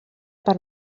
per